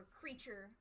creature